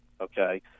Okay